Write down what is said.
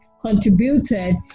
contributed